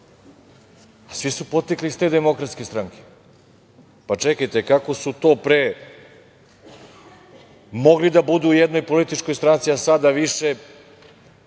svi su potekli iz te Demokratske stranke. Pa, čekajte, kako su to pre mogli da budu u jednoj političkoj stranci, a sada